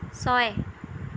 ছয়